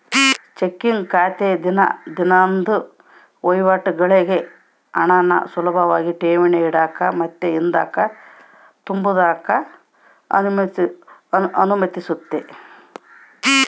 checking ಖಾತೆ ದಿನ ದಿನುದ್ ವಹಿವಾಟುಗುಳ್ಗೆ ಹಣಾನ ಸುಲುಭಾಗಿ ಠೇವಣಿ ಇಡಾಕ ಮತ್ತೆ ಹಿಂದುಕ್ ತಗಂಬಕ ಅನುಮತಿಸ್ತತೆ